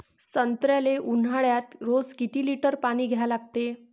संत्र्याले ऊन्हाळ्यात रोज किती लीटर पानी द्या लागते?